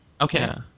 Okay